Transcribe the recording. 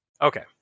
okay